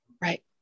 Right